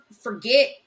forget